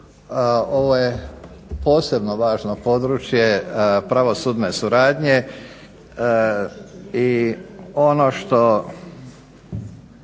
Ovo je posebno važno područje pravosudne suradnje i ono što